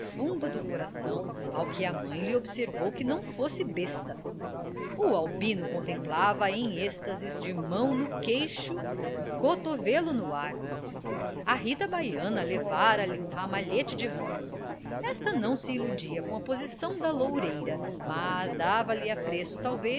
fundo do coração ao que a mãe lhe observou que não fosse besta o albino contemplava-a em êxtase de mão no queixo o cotovelo no ar a rita baiana levara lhe um ramalhete de rosas esta não se iludia com a posição da loureira mas dava-lhe apreço talvez